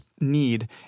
need